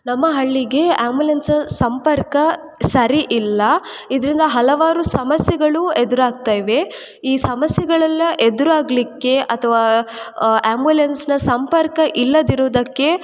ನಮ್ಮ ಹಳ್ಳಿಗೆ ಆಂಬ್ಯುಲೆನ್ಸ್ನ ಸಂಪರ್ಕ ಸರಿ ಇಲ್ಲ ಇದರಿಂದ ಹಲವಾರು ಸಮಸ್ಯೆಗಳು ಎದುರಾಗ್ತಾ ಇವೆ ಈ ಸಮಸ್ಯೆಗಳೆಲ್ಲ ಎದುರಾಗಲಿಕ್ಕೆ ಅಥವಾ ಆಂಬ್ಯುಲೆನ್ಸ್ನ ಸಂಪರ್ಕ ಇಲ್ಲದಿರೋದಕ್ಕೆ